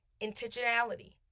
intentionality